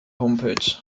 homepage